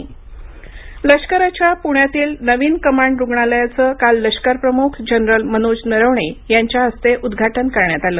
लष्करप्रमुख पुणे दौरा लष्कराच्या पुण्यातील नवीन कमांड रुग्णालयाचं काल लष्करप्रमुख जनरल मनोज नरवणे यांच्या हस्ते उद्घाटन करण्यात आलं